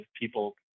people